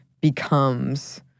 becomes